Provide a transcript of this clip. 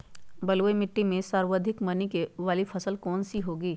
बलुई मिट्टी में सर्वाधिक मनी देने वाली फसल कौन सी होंगी?